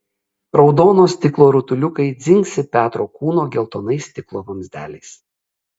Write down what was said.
raudono stiklo rutuliukai dzingsi petro kūno geltonais stiklo vamzdeliais